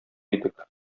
идек